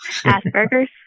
Asperger's